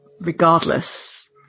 regardless